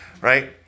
right